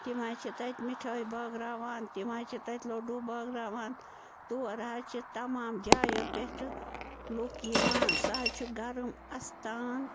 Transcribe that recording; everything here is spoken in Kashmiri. تِم حظ چھِ تَتہِ مِٹھٲے بٲگٕراوان تِم حظ چھٕ تَتہِ لۄڈوٗ بٲگٕراوان تور حظ چھِ تمام جایَو پٮ۪ٹھٕ لُکھ یِوان سُہ حظ چھُ گرم اَستان